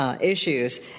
Issues